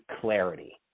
clarity